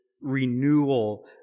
renewal